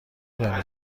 دانی